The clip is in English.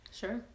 sure